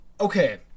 okay